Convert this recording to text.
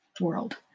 world